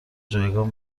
جایگاه